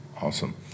Awesome